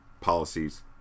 policies